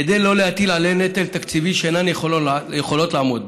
כדי לא להטיל עליהן נטל תקציבי שהן אינן יכולות לעמוד בו,